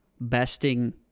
besting